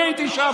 אני הייתי שם.